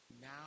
now